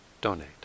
donate